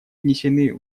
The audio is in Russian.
внесены